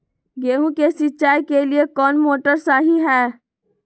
गेंहू के सिंचाई के लिए कौन मोटर शाही हाय?